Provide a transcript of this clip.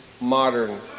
modern